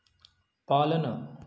पालन